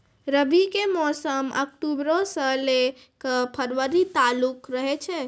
रबी के मौसम अक्टूबरो से लै के फरवरी तालुक रहै छै